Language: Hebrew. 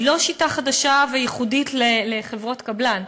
היא לא שיטה חדשה וייחודיות לחברות קבלן.